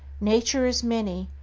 nature is many,